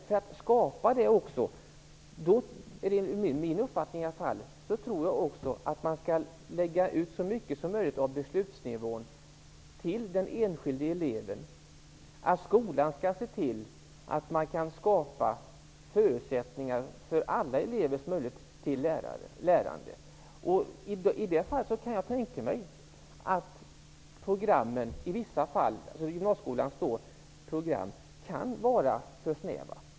För att skapa den är det, enligt min uppfattning, nödvändigt att lägga ut så mycket som möjligt av besluten till den enskilde eleven. Skolan skall se till att man kan skapa förutsättningar för alla elevers möjlighet till lärande. Jag kan tänka mig att gymnasieskolans program i vissa fall kan vara för snäva i det avseendet.